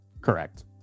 correct